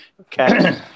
okay